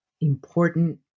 important